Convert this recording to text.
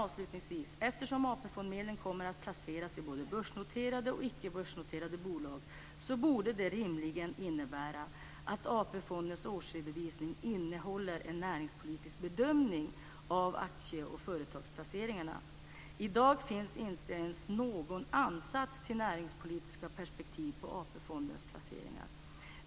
Avslutningsvis: Eftersom AP fondsmedlen kommer att placeras i både börsnoterade och icke börsnoterade bolag borde det rimligen innebära att AP-fondens årsredovisning innehåller en näringspolitisk bedömning av aktie och företagsplaceringarna. I dag finns inte ens någon ansats till näringspolitiska perspektiv på AP-fondens placeringar.